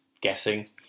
guessing